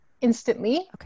instantly